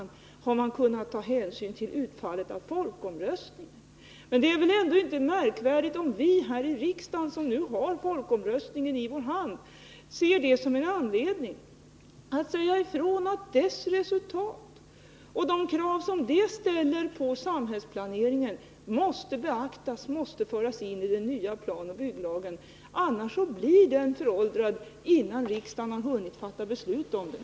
Men vi borde kunna ta hänsyn till den när vi behandlar de här frågorna i riksdagen. Det är väl inte märkvärdigt att vi, som har folkomröstningsinstitutet i vår hand, ser det som en anledning att säga ifrån att de krav som omröstningens resultat ställer på samhällsplaneringen måste beaktas, måste tas in i den nya planoch byggnadslagen. Annars blir den föråldrad innan riksdagen hunnit fatta beslut om den.